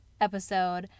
episode